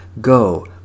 Go